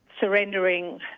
surrendering